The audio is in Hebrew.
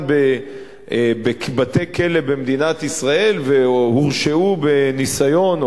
בבתי-כלא במדינת ישראל והורשעו בניסיון,